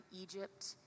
Egypt